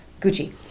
Gucci